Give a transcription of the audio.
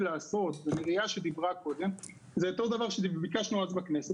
לעשות ונריה שדיברה קודם זה את אותו הדבר שביקשנו אז בכנסת